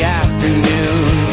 afternoon